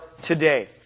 today